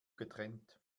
getrennt